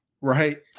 right